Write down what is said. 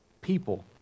people